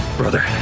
brother